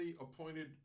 appointed